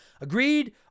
Agreed